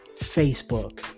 Facebook